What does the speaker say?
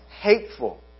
hateful